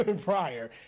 prior